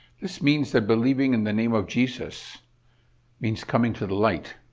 this means that believing in the name of jesus means coming to the light.